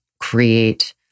create